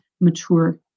mature